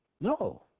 No